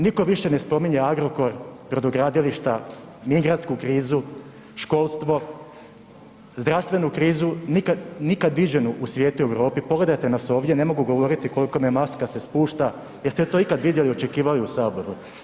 Nitko više ne spominje Agrokor, brodogradilišta, migrantsku krizu, školstvo, zdravstvenu krizu nikad viđenu u svijetu i Europi, pogledajte nas ovdje, ne mogu govoriti koliko me maska se spušta, jeste li to ikada vidjeli i očekivali u Saboru?